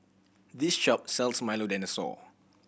this shop sell Milo Dinosaur